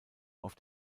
auf